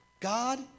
God